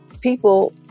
people